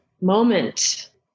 moment